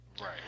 Right